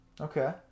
Okay